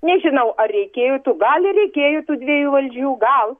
nežinau ar reikėjo tų gal ir reikėjo tų dviejų valdžių gal